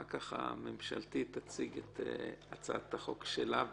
אחר כך הממשלתית תציג את הצעת החוק שלה בקצרה.